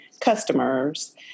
customers